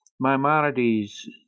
maimonides